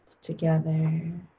together